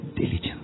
Diligence